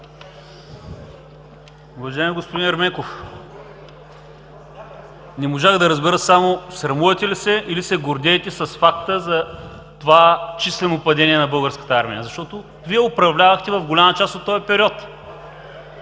Уважаеми господин Ерменков! Не можах да разбера само срамувате ли се или се гордеете с факта за това числено падение на Българската армия? Защото Вие управлявахте в голяма част от този период.